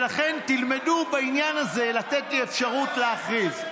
לכן תלמדו בעניין הזה לתת לי אפשרות להכריז.